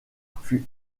fut